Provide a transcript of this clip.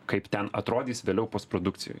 kaip ten atrodys vėliau postprodukcijoj